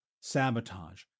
sabotage